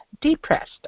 depressed